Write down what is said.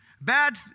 Bad